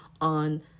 on